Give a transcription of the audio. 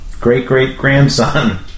great-great-grandson